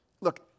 Look